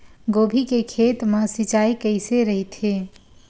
गोभी के खेत मा सिंचाई कइसे रहिथे?